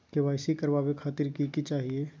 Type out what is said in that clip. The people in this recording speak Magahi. के.वाई.सी करवावे खातीर कि कि चाहियो?